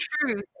true